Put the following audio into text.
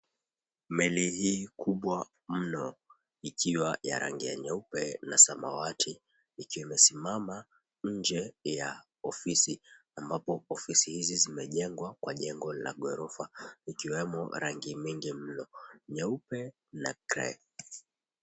Meli hii kubwa mno, ikiwa ya rangi ya nyeupe na samawati, ikiwa imesimama nje ya ofisi, ambapo ofisi hizi zimejengwa kwa jengo la ghorofa ikiwemo rangi mingi mno nyeupe na grey .